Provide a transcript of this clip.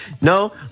No